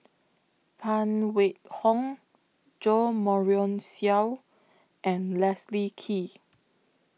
Phan Wait Hong Jo Marion Seow and Leslie Kee